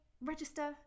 register